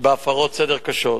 בהפרות סדר קשות.